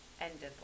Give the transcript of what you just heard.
ended